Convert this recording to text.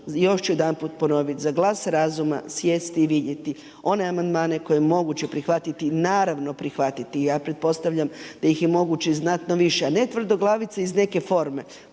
još ću jedanput ponoviti, za glas razuma sjesti i vidjeti, one amandmane koje je moguće prihvatiti, naravno prihvatit. I ja pretpostavljam da ih je moguće i znatno više. A ne tvrdoglavice iz neke forme.